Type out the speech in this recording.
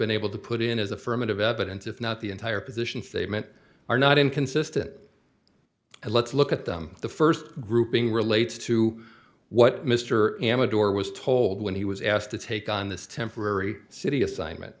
been able to put in as affirmative evidence if not the entire position statement are not inconsistent and let's look at them the first grouping relates to what mr amador was told when he was asked to take on this temporary city assignment